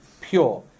pure